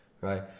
right